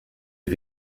est